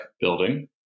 building